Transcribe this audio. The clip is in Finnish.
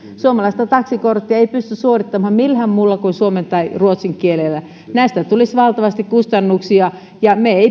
suomalaista taksikorttia ei pysty suorittamaan millään muulla kuin suomen tai ruotsin kielellä näistä tulisi valtavasti kustannuksia ja me emme